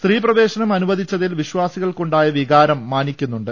സ്ത്രീ പ്രവേശനം അനുവദിച്ചതിൽ വിശ്വാസികൾ ക്കുണ്ടായി വികാരം മാനിക്കുന്നുണ്ട്